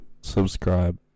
subscribe